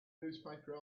newspaper